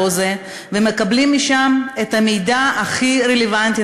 הזה ומקבלים משם את המידע הכי רלוונטי,